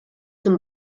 zum